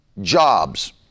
jobs